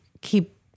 keep